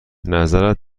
نظرت